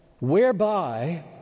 whereby